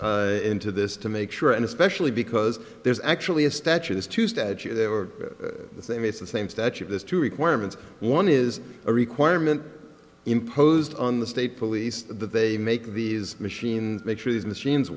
into this to make sure and especially because there's actually a statute is tuesday the same it's the same statute those two requirements one is a requirement imposed on the state police that they make these machines make sure these machines